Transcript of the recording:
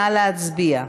נא להצביע.